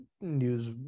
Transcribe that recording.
news